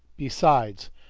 besides,